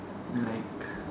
me like